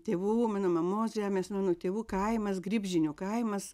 tėvų mano mamos žemės mano tėvų kaimas gribžinių kaimas